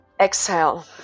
Exhale